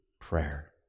prayer